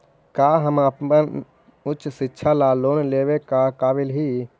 का हम अपन उच्च शिक्षा ला लोन लेवे के काबिल ही?